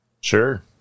Sure